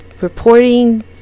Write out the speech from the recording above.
reporting